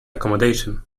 accommodation